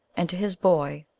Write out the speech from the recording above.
and to his boy,